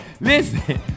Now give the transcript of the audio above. Listen